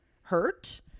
hurt